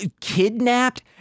kidnapped